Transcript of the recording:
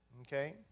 okay